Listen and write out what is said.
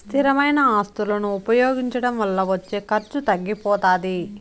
స్థిరమైన ఆస్తులను ఉపయోగించడం వల్ల వచ్చే ఖర్చు తగ్గిపోతాది